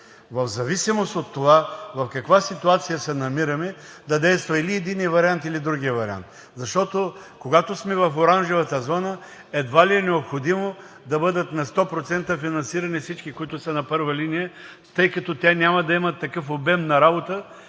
в зависимост от това в каква ситуация се намираме, да действа или единият вариант, или другият вариант. Защото, когато сме в оранжевата зона, едва ли е необходимо да бъдат на 100% финансирани всички, които са на първа линия, тъй като те няма да имат такъв обем на работа,